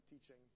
teaching